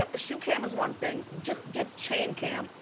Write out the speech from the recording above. ah shoe cam is one thing. just give chain cam